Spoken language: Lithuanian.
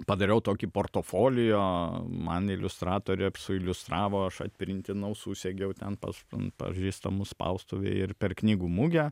padariau tokį portofolijo man iliustratorė suiliustravo aš atprintinau susegiau ten pas pažįstamus spaustuvėj ir per knygų mugę